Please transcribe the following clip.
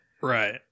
Right